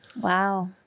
Wow